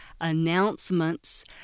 announcements